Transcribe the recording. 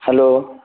hello